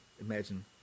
Imagine